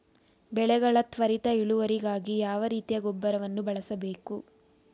ಬೆಳೆಗಳ ತ್ವರಿತ ಇಳುವರಿಗಾಗಿ ಯಾವ ರೀತಿಯ ಗೊಬ್ಬರವನ್ನು ಬಳಸಬೇಕು?